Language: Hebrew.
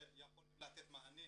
שיכולים לתת מענה